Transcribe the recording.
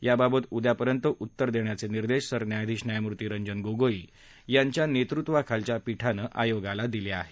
याबाबत उदयापर्यंत उत्तर देण्याचे निर्देश सरन्यायाधीश न्यायमूर्ती रंजन गोगोई यांच्या नेतृत्वाखालच्या पीठानं आयोगाला दिले आहेत